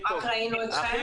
רק ראינו אתכם.